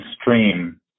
stream